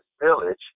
village